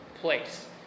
place